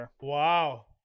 Wow